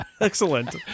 Excellent